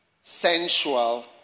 sensual